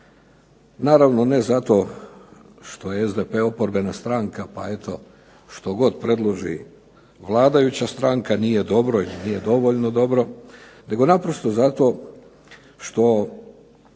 Naravno ne zato što je SDP oporbena stranka pa eto što god predloži vladajuća stranka nije dobro ili nije dovoljno dobro, nego naprosto zato što